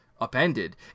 upended